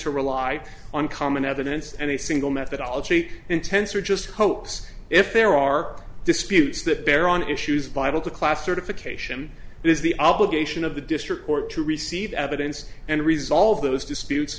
to rely on common evidence and a single methodology intenser just hoax if there are disputes that bear on issues vital to class certification it is the obligation of the district court to receive evidence and resolve those disputes